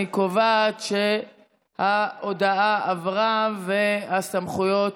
אני קובעת שההצעה התקבלה והסמכויות